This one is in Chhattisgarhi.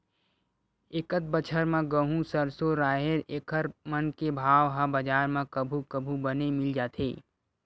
एकत बछर म गहूँ, सरसो, राहेर एखर मन के भाव ह बजार म कभू कभू बने मिल जाथे